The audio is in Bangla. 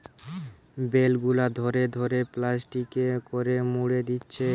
বেল গুলা ধরে ধরে প্লাস্টিকে করে মুড়ে দিচ্ছে